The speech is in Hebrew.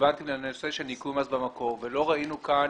שרלוונטיים לנושא של ניכוי מס במקור ולא ראינו כאן